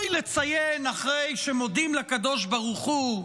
אחרי שמודים לקדוש ברוך הוא,